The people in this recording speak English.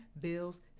bills